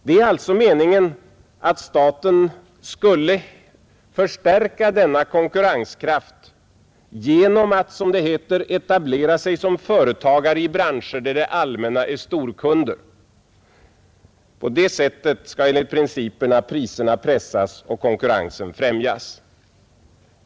Det är alltså meningen att staten skulle förstärka denna konkurrenskraft genom att, som det heter, etablera sig som företagare i branscher där det allmänna är storkund. På det sättet skall enligt dessa principer priserna pressas och konkurrensen främjas.